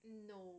no